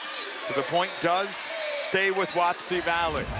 so the point does stay with wapsie valley.